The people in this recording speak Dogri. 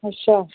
अच्छा